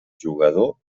jugador